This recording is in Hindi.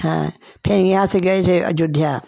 हाँ फिर यहाँ से गए थे अयोध्या